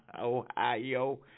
Ohio